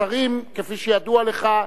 השרים, כפי שידוע לך,